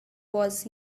was